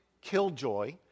killjoy